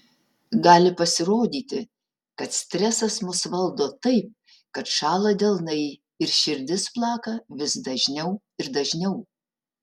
gali pasirodyti kad stresas mus valdo taip kad šąla delnai ir širdis plaka vis dažniau ir dažniau